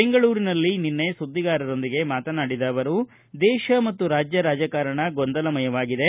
ಬೆಂಗಳೂರಿನಲ್ಲಿ ನಿನ್ನೆ ಸುದ್ದಿಗಾರರೊಂದಿಗೆ ಮಾತನಾಡಿದ ಅವರು ದೇಶ ಮತ್ತು ರಾಜ್ಯ ರಾಜಕಾರಣ ಗೊಂದಲಮಯವಾಗಿದೆ